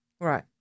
right